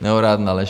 Nehorázná lež.